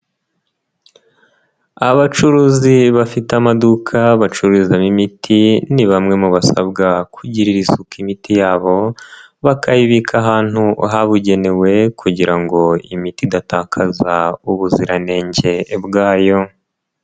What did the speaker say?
Abacuruzi bafite amaduka bacururizamo imiti, ni bamwe mu basabwa kugirira isuku imiti yabo bakayibika ahantu habugenewe, kugira ngo imiti idatakaza ubuziranenge bwayo.